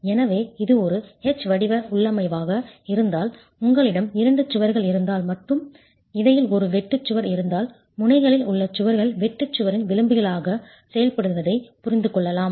எனவே இது ஒரு h வடிவ உள்ளமைவாக இருந்தால் உங்களிடம் இரண்டு சுவர்கள் இருந்தால் மற்றும் இடையில் ஒரு வெட்டு சுவர் இருந்தால் முனைகளில் உள்ள சுவர்கள் வெட்டு சுவரின் விளிம்புகளாக செயல்படுவதை புரிந்து கொள்ளலாம்